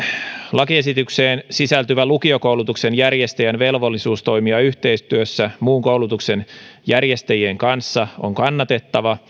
lakiesitykseen sisältyvä lukiokoulutuksen järjestäjän velvollisuus toimia yhteistyössä muun koulutuksen järjestäjien kanssa on kannatettava